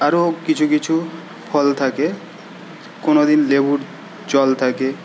আরও কিছু কিছু ফল থাকে কোনদিন লেবুর জল থাকে